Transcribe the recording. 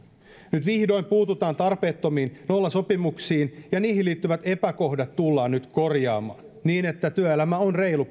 nyt vihdoin puututaan tarpeettomiin nollasopimuksiin ja niihin liittyvät epäkohdat tullaan nyt korjaamaan niin että työelämä on reilu